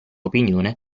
opinione